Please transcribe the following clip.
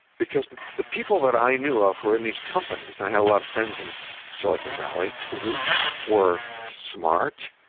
because the people that i knew of who were in these companies, and i had a lot of friends in silicon valley were smart,